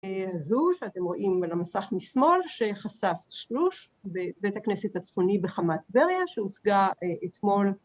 זו שאתם רואים על המסך משמאל, שחשף שלוש בבית הכנסת הצפוני בחמת טבריה, שהוצגה אתמול